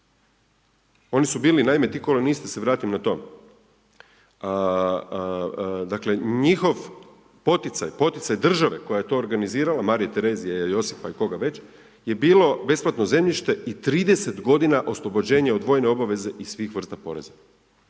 Oni su bili naime ti kolonisti, da se vratim na to. Dakle, njihov poticaj, poticaj države koja je to organizirala, Marije Terezije, Josipa i koga već je bilo besplatno zemljište i 30 godina oslobođenja od vojne obaveze i svih vrsta poreza.